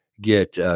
get